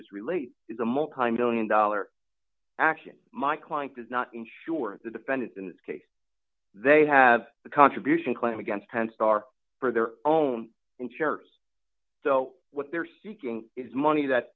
is related is a multimillion dollar action my client does not ensure that the defendant in this case they have a contribution claim against ken starr for their own insurers so what they're seeking is money that